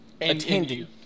attending